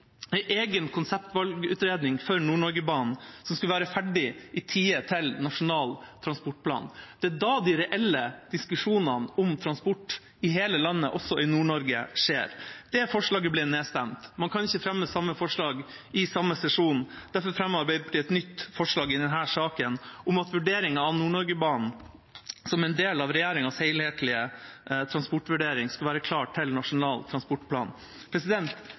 tide til Nasjonal transportplan. Det er da de reelle diskusjonene om transport i hele landet, også i Nord-Norge, skjer. Det forslaget ble nedstemt. Man kan ikke fremme samme forslag i samme sesjon, derfor fremmet Arbeiderpartiet et nytt forslag i denne saken, om at vurderingen av Nord-Norge-banen som en del av regjeringens helhetlige transportvurdering skulle være klar til Nasjonal transportplan.